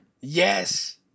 Yes